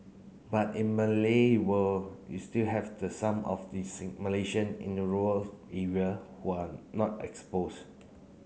but in Malay world you still have the some of the Malaysian in rural area who are not exposed